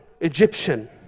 Egyptian